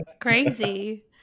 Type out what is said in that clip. Crazy